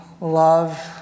love